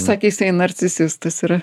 sakė jisai narcisistas yra